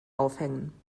aufhängen